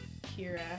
Kira